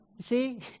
See